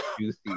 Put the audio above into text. juicy